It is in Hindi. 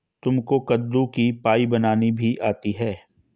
तुमको कद्दू की पाई बनानी भी आती है?